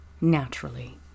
Naturally